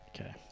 Okay